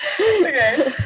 Okay